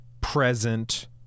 present